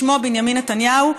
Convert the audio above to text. שמו בנימין נתניהו,